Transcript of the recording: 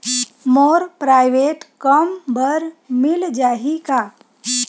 मोर private कम बर ऋण मिल जाही का?